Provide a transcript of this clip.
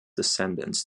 descendants